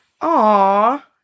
Aw